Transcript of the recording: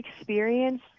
experience